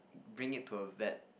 bring it to a vet